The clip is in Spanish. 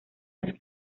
las